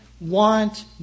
want